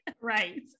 right